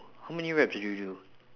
how many reps did you do